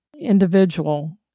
individual